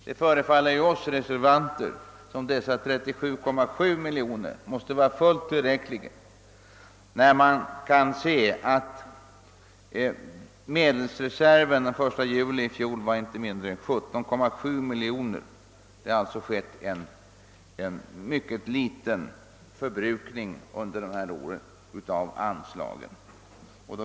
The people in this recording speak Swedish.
Det förefaller oss reservanter som om dessa 37,7 miljoner kronor måste vara fullt tillräckligt med hänsyn till att medelsreserven för den 1 juli i fjol uppgick till inte mindre än 17,7 miljoner kronor. Det har alltså förbrukats mycket litet av dessa anslag under årens lopp.